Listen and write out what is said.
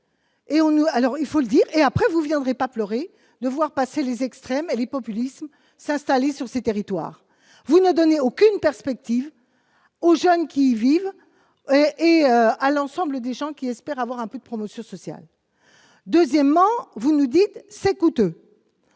il faut le dire, et après vous viendrez pas pleurer de voir passer les extrêmes les populismes s'installer sur ces territoires, vous ne donnez aucune perspective aux jeunes qui vivent et à l'ensemble des gens qui espère avoir un peu de promotion sociale, deuxièmement, vous nous dites c'est coûteux,